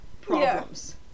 problems